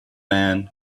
man